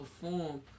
perform